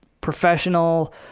Professional